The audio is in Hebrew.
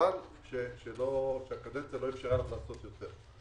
וחבל שהקדנציה לא אפשרה לך לעשות יותר.